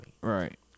Right